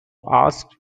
asked